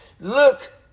Look